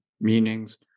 meanings